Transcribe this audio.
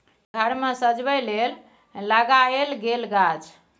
घर मे सजबै लेल लगाएल गेल गाछ